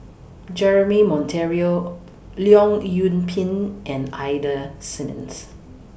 Jeremy Monteiro Leong Yoon Pin and Ida Simmons